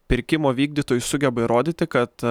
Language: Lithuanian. pirkimo vykdytojui sugeba įrodyti kad